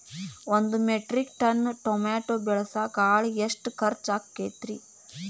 ಒಂದು metric ton tomato ಬೆಳಸಾಕ್ ಆಳಿಗೆ ಎಷ್ಟು ಖರ್ಚ್ ಆಕ್ಕೇತ್ರಿ?